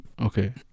Okay